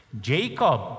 Jacob